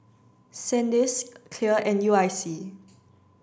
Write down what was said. Sandisk Clear and U I C